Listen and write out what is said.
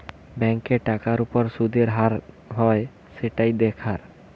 ব্যাংকে টাকার উপর শুদের হার হয় সেটাই দেখার